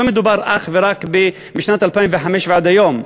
לא מדובר אך ורק משנת 2005 ועד היום,